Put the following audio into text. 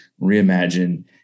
reimagine